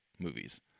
movies